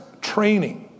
training